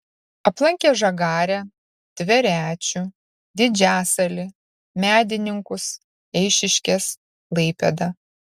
aplankė žagarę tverečių didžiasalį medininkus eišiškes klaipėdą